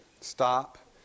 stop